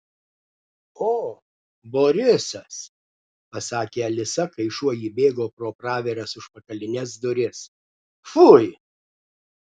o borisas pasakė alisa kai šuo įbėgo pro praviras užpakalines duris fui